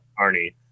Arnie